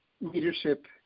leadership